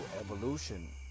evolution